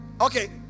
Okay